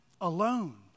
alone